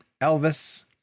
Elvis